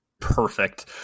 perfect